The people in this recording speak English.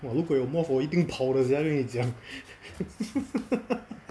如果有 moth 我一定跑的 sia 跟你讲